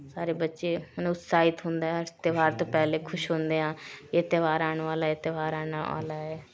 ਸਾਰੇ ਬੱਚੇ ਉਹਨੂੰ ਉਤਸ਼ਾਹਿਤ ਹੁੰਦਾ ਹੈ ਤਿਉਹਾਰ ਤੋਂ ਪਹਿਲੇ ਖੁਸ਼ ਹੁੰਦੇ ਆ ਇਹ ਤਿਉਹਾਰ ਆਉਣ ਵਾਲਾ ਇਹ ਤਿਉਹਾਰ ਆਉਣ ਵਾਲਾ ਹੈ